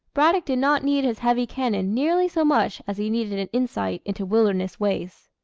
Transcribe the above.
braddock did not need his heavy cannon nearly so much as he needed an insight into wilderness ways.